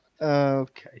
Okay